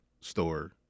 store